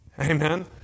Amen